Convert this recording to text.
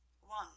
one